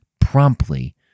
promptly